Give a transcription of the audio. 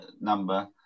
Number